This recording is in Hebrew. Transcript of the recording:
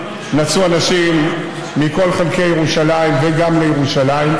נסעו אנשים מכל חלקי ירושלים וגם לירושלים,